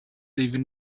even